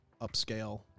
upscale